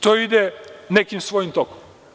To ide nekim svojim tokom.